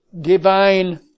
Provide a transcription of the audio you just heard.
divine